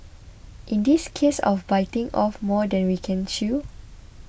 in this a case of biting off more than we can chew